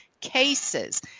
cases